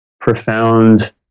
profound